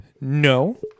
No